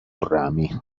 rami